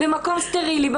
במקום סטרילי,